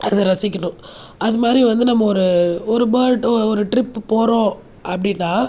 அதை ரசிக்கணும் அது மாதிரி வந்து நம்ம ஒரு ஒரு பேர்ட் ஒரு ட்ரிப் போகிறோம் அப்படின்னால்